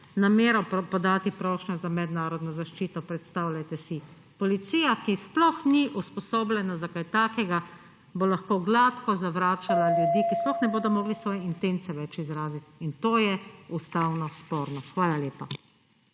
namero podati prošnjo za mednarodno zaščito. Predstavljajte si! Policija, ki sploh ni usposobljena za kaj takega, bo lahko gladko zavračala ljudi, ki sploh ne bodo mogli svoje intence več izraziti in to je ustavno sporno. Hvala lepa.